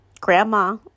Grandma